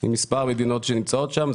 עם מספר מדינות שנמצאות שם.